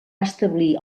establir